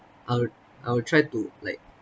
I'd I'll try to like